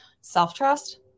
self-trust